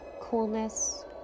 coolness